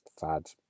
fad